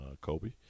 Kobe